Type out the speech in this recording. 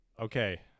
okay